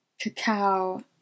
cacao